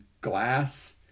glass